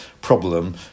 problem